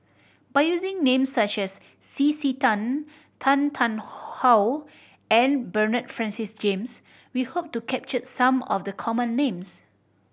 by using names such as C C Tan Tan Tarn How and Bernard Francis James we hope to capture some of the common names